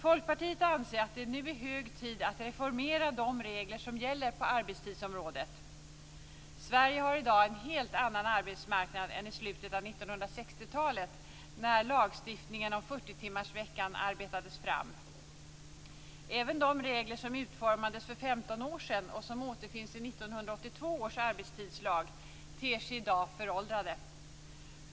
Folkpartiet anser att det nu är hög tid att reformera de regler som gäller på arbetstidsområdet. Sverige har i dag en helt annan arbetsmarknad än i slutet av 1960 talet, när lagstiftningen om 40-timmarsveckan arbetades fram. Även de regler som utformades för 15 år sedan, och som återfinns i 1982 års arbetstidslag, ter sig i dag föråldrade.